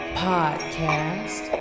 podcast